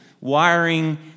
wiring